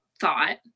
thought